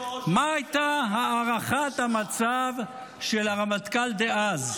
מה הייתה הערכת המצב של הרמטכ"ל דאז?